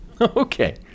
Okay